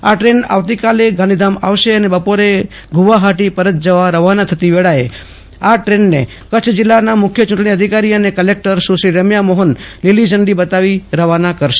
આ દ્રેન આવતી કાલે ગાંધીધામ આવશે અને બપોરે ગુવાહાટી પરત જવા રવાના થતી વેળાએ કચ્છ જિલ્લા મુખ્ય ચુંટણી અધિકારી તથા જિલ્લા કલેક્ટર સુશ્રી રેમ્યા મોહન લીલીઝંડી બતાવી રવાના કરશે